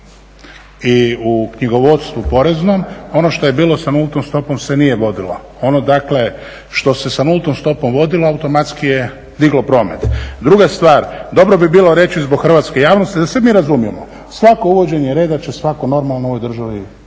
i u knjigovodstvu poreznom ono što je bilo sa nultom stopom se nije vodilo. Ono dakle što se sa nultom stopom vodilo automatski je diglo promet. Druga stvar, dobro bi bilo reći zbog hrvatske javnosti da se mi razumijemo. Svako uvođenje reda će svatko normalan u ovoj državi